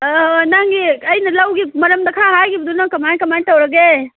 ꯑꯣ ꯑꯣ ꯅꯪꯒꯤ ꯑꯩꯅ ꯂꯧꯒꯤ ꯃꯔꯝꯗ ꯈꯔ ꯍꯥꯏꯒꯤꯕꯗꯣ ꯅꯪ ꯀꯃꯥꯏ ꯀꯃꯥꯏ ꯇꯧꯔꯒꯦ